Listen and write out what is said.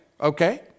okay